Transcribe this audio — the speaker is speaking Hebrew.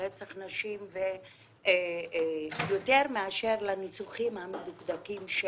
לרצח נשים יותר מאשר הניסוחים המשפטיים המדוקדקים.